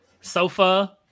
Sofa